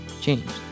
changed